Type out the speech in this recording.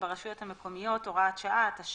ברשויות המקומיות (הוראת שעה) (תיקון מס' 5),